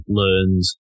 learns